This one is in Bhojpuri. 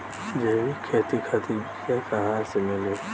जैविक खेती खातिर बीया कहाँसे मिली?